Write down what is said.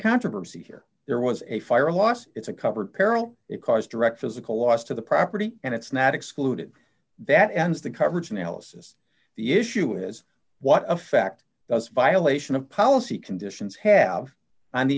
controversy here there was a fire loss it's a covered peril it caused direct physical loss to the property and it's not excluded that ends the coverage analysis the issue is what effect does a violation of policy conditions have on the